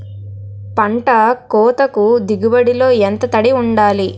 పంట కోతకు దిగుబడి లో ఎంత తడి వుండాలి?